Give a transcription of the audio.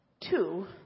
two